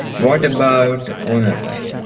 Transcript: what about owner type?